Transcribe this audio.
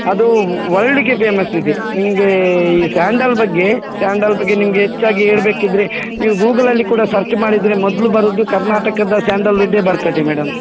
ಅದು ವರ್ಲ್ಡ್ಗೆ ಫೇಮಸ್ ಇದೆ ನಿಮಗೆ ಈ ಸ್ಯಾಂಡಲ್ ಬಗ್ಗೆ ಸ್ಯಾಂಡಲ್ ಬಗ್ಗೆ ನಿಮಗೆ ಹೆಚ್ಚಾಗಿ ಹೇಳ್ಬೇಕಿದ್ರೆ ನೀವು ಗೂಗಲಲ್ಲಿ ಕೂಡ ಸರ್ಚ್ ಮಾಡಿದರೆ ಮೊದಲು ಬರೋದು ಕರ್ನಾಟಕದ ಸ್ಯಾಂಡಲ್ ವುಡ್ಡೇ ಬರ್ತದೆ ಮೇಡಮ್